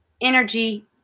energy